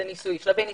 הוא בשלבי ניסוי.